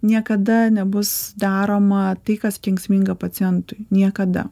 niekada nebus daroma tai kas kenksminga pacientui niekada